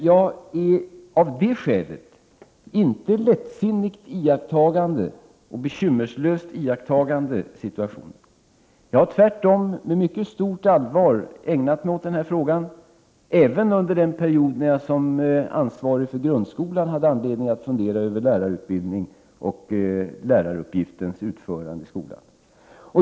Jag är av det skälet inte lättsinnigt och bekymmerslöst iakttagande situationen. Jag har tvärtom med mycket stort allvar ägnat mig åt den här frågan, även under den period när jag som ansvarig för grundskolan hade anledning att fundera över lärarutbildningen och läraruppgiftens utförande i skolan.